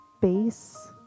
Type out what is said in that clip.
base